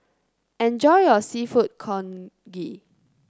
enjoy your seafood Congee